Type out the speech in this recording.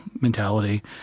mentality